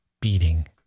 beating